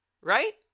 Right